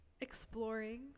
exploring